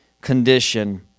condition